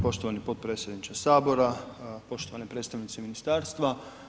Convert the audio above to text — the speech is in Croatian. Poštovani potpredsjedniče Sabora, poštovani predstavnici ministarstva.